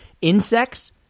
insects